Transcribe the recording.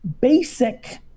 basic